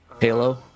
Halo